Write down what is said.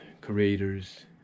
creators